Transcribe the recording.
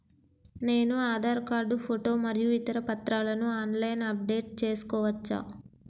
నేను Aadhaar card photo మరియు ఇతర పత్రాలను ఆన్ లైన్ అప్ డెట్ చేసుకోవచ్చా?